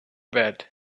bed